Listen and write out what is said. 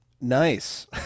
Nice